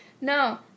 no